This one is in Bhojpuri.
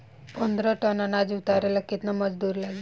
पन्द्रह टन अनाज उतारे ला केतना मजदूर लागी?